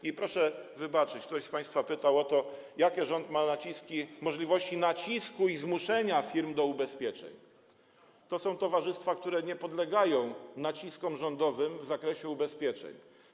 I proszę wybaczyć, bo ktoś z państwa zapytał o to, jakie rząd ma możliwości nacisku i zmuszenia firm do ubezpieczeń, to są towarzystwa, które nie podlegają naciskom rządowym w zakresie ubezpieczeń.